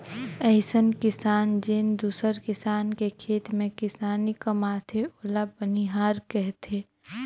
अइसन किसान जेन दूसर किसान के खेत में किसानी कमाथे ओला बनिहार केहथे